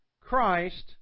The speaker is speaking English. Christ